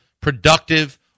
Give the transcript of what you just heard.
productive